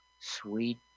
sweet